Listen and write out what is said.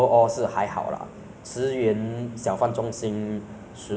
hougang one 的那个 kopitiam 我觉得茨园的